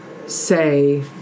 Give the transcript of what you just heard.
Say